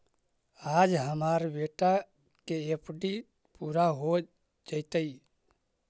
आज हमार बेटा के एफ.डी पूरा हो जयतई